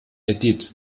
edith